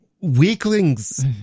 weaklings